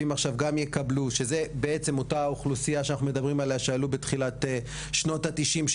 שזה בעצם אותה אוכלוסייה שאנחנו מדברים עליה שעלו בתחילת שנות ה-90',